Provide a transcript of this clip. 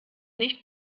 nicht